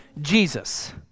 Jesus